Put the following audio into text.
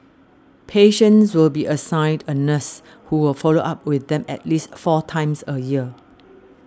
patients will be assigned a nurse who will follow up with them at least four times a year